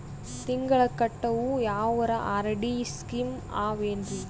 ತಿಂಗಳ ಕಟ್ಟವು ಯಾವರ ಆರ್.ಡಿ ಸ್ಕೀಮ ಆವ ಏನ್ರಿ?